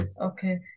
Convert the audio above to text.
Okay